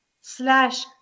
slash